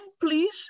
please